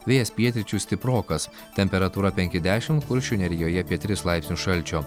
vėjas pietryčių stiprokas temperatūra penki dešim kuršių nerijoje apie tris laipsnius šalčio